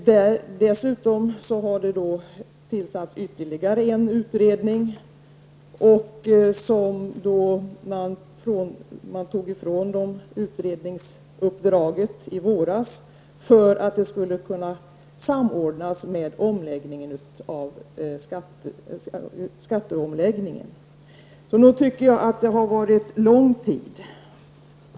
Dessutom har det tillsatts ytterligare en utredning. Men man tog i våras ifrån denna utredning dess uppdrag för att denna fråga skulle kunna samordnas med skatteomläggningen. Så nog tycker jag att det har tagit lång tid.